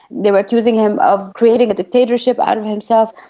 they were accusing him of creating a dictatorship out of himself.